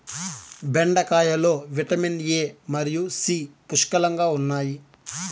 బెండకాయలో vitamin A మరియు C పుష్కలంగా ఉన్నాయి